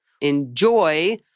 Enjoy